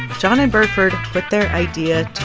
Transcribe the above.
jon and burford put their idea